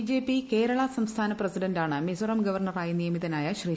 BJP Kerala സംസ്ഥാന പ്രസിഡന്റാണ് മിസോറാം ഗവർണറായി നിയമിതനായ ശ്രീ